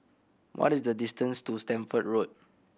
what is the distance to Stamford Road